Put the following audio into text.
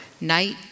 Night